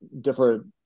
different